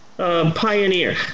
Pioneer